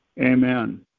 Amen